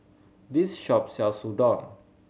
this shop sells Udon